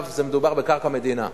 עכשיו מדובר בקרקע מדינה.